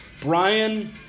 Brian